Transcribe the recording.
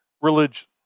religion